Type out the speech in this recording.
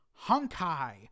Hunkai